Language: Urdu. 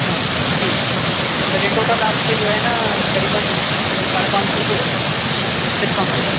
ہاں ٹھیک سر یہ ٹوٹل آپ کے جو ہے نہ قریباً ساڑھے پانچ سو روپیے ہو رہے ہیں سر ڈسکاؤنٹ کے ساتھ